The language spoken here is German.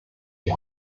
die